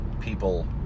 people